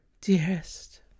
dearest